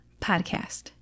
podcast